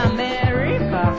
America